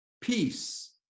peace